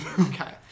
Okay